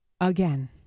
Again